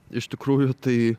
iš tikrųjų tai